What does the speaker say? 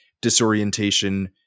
disorientation